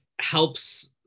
helps